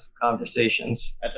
Conversations